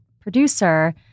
producer